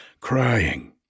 crying